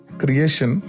creation